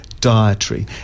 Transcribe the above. dietary